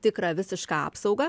tikrą visišką apsaugą